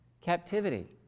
captivity